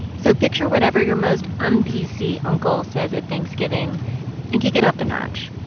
so picture whatever your most un-pc uncle says at thanksgiving and kick it up a notch,